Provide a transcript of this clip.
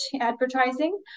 advertising